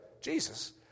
Jesus